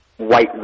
white